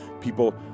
People